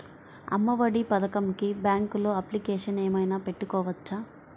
అమ్మ ఒడి పథకంకి బ్యాంకులో అప్లికేషన్ ఏమైనా పెట్టుకోవచ్చా?